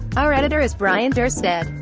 our editor is bryant urstadt.